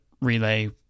Relay